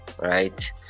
Right